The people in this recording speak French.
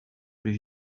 plus